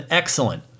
excellent